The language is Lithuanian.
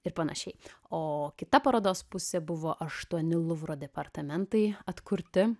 ir panašiai o kita parodos pusė buvo aštuoni luvro departamentai atkurti